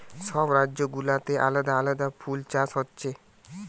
সব রাজ্য গুলাতে আলাদা আলাদা ফুল চাষ হচ্ছে